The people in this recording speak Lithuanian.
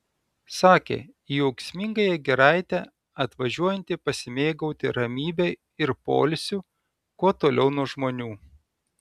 sakė į ūksmingąją giraitę atvažiuojanti pasimėgauti ramybe ir poilsiu kuo toliau nuo žmonių